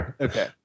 Okay